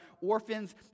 orphans